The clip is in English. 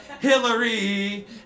Hillary